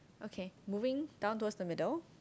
okay moving down towards the middle